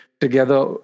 together